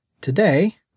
Today